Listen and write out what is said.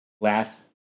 last